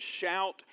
shout